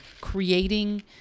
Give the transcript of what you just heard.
creating